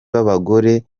b’abagore